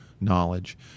knowledge